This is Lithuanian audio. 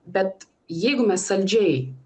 bet jeigu mes saldžiai